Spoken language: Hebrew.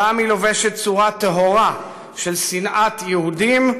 פעם היא לובשת צורה טהורה של שנאת יהודים,